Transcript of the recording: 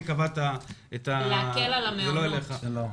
להקל על המעונות.